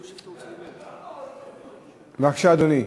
בבקשה, אדוני.